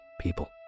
people